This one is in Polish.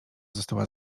została